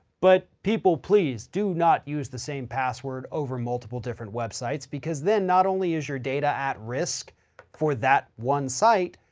but people please do not use the same password over multiple different websites because then not only is your data at risk for that one site,